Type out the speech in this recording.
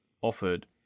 offered